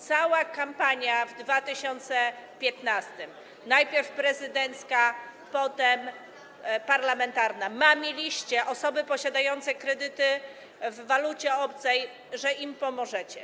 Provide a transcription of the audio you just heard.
Cała kampania w 2015 r., najpierw prezydencka, potem parlamentarna - mamiliście osoby posiadające kredyty w walucie obcej, że im pomożecie.